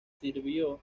sirvió